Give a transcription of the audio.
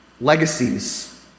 legacies